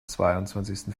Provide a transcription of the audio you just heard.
zweiundzwanzigsten